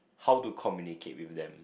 how to communicate with them